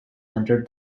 under